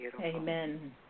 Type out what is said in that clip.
Amen